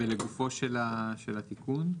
ולגופו של התיקון.